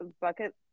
bucket